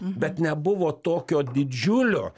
bet nebuvo tokio didžiulio